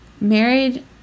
married